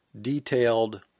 detailed